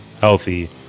healthy